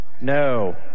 No